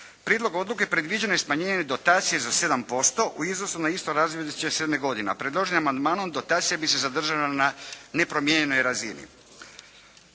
Prijedlogom odluke predviđeno je smanjenje dotacije za 7% u iznosu na isto razdoblje 2007. godine, a predloženim amandmanom dotacija bi se zadržala na nepromijenjenoj razini.